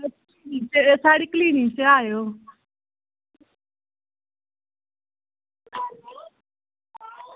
ते साढ़ी क्लीनिक च आयो